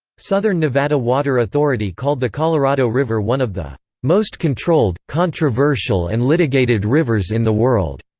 southern nevada water authority called the colorado river one of the most controlled, controversial and litigated rivers in the world.